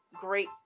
great